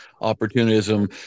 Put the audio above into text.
opportunism